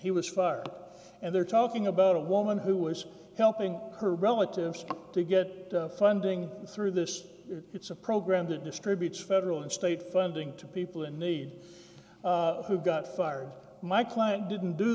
he was fired up and they're talking about a woman who was helping her relatives to get funding through this it's a program that distributes federal and state funding to people in need who got fired my client didn't do